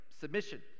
submission